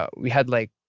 ah we had like.